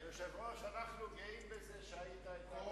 חושב שאנחנו היינו צריכים ללכת קדימה מבחינת חוק ההסדרים,